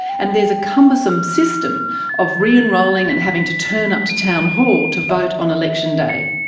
and there's a cumbersome system of re-enrolling and having to turn up to town hall to vote on election day.